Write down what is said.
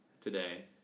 today